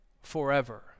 forever